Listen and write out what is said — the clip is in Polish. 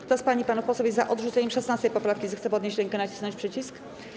Kto z pań i panów posłów jest za odrzuceniem 16. poprawki, zechce podnieść rękę i nacisnąć przycisk.